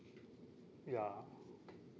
ya